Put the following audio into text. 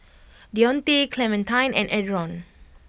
Dionte Clementine and Adron